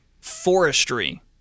forestry